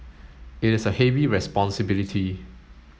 it is a heavy responsibility